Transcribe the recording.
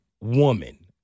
woman